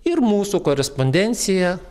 ir mūsų korespondencija